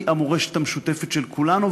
היא המורשת המשותפת של כולנו,